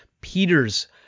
peter's